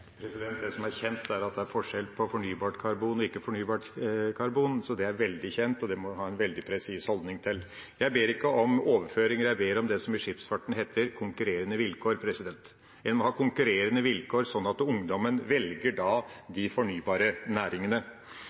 Det som er kjent, er at det er forskjell på fornybart karbon og ikke-fornybart karbon. Det er veldig kjent, og det må vi ha en veldig presis holdning til. Jeg ber ikke om overføringer, jeg ber om det som i skipsfarten heter konkurrerende vilkår. En må ha konkurrerende vilkår, slik at ungdommen velger de fornybare næringene.